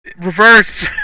reverse